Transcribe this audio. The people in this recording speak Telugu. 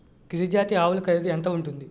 గిరి జాతి ఆవులు ఖరీదు ఎంత ఉంటుంది?